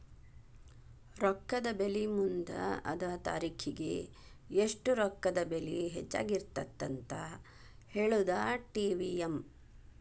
ರೊಕ್ಕದ ಬೆಲಿ ಮುಂದ ಅದ ತಾರಿಖಿಗಿ ಎಷ್ಟ ರೊಕ್ಕದ ಬೆಲಿ ಹೆಚ್ಚಾಗಿರತ್ತಂತ ಹೇಳುದಾ ಟಿ.ವಿ.ಎಂ